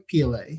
pla